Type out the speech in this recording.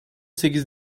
sekiz